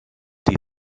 die